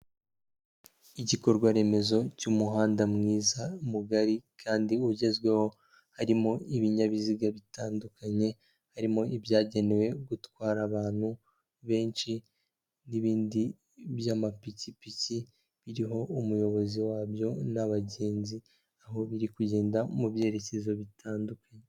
Igikorwaremezo cy'umuhanda mwiza, mugari, kandi ugezweho, harimo ibinyabiziga bitandukanye, harimo ibyagenewe gutwara abantu benshi n'ibindi by'amapikipiki biriho umuyobozi wabyo n'abagenzi, aho biri kugenda mu byerekezo bitandukanye.